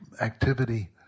activity